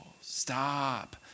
Stop